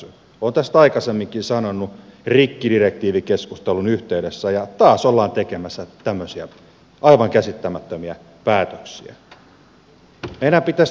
olen tästä aikaisemminkin sanonut rikkidirektiivikeskustelun yhteydessä ja taas ollaan tekemässä tämmöisiä aivan käsittämättömiä päätöksiä